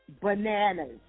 bananas